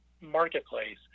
marketplace